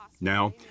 Now